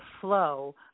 flow